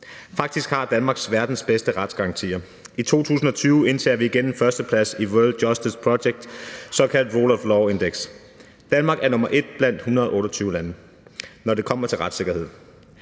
Faktisk har Danmark verdens bedste retsgarantier. I 2020 indtager vi igen en førsteplads i World Justice Projects såkaldte Rule of Law Index. Danmark er nr. 1 blandt 128 lande, når det kommer til retssikkerhed.